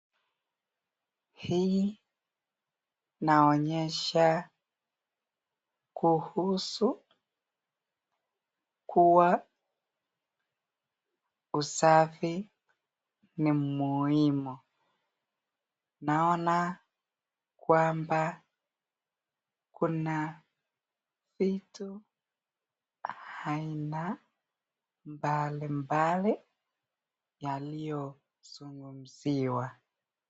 Hii inaonyesha kuhusu kuwa usafi ni muhimu. Naona kwamba kuna vitu aina mbalimbali yaliyo zungumziwa.